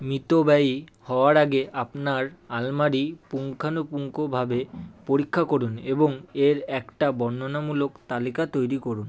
মিতব্যয়ী হওয়ার আগে আপনার আলমারি পুঙ্খানুপুঙ্খভাবে পরীক্ষা করুন এবং এর একটা বর্ণনামূলক তালিকা তৈরি করুন